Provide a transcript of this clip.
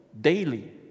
daily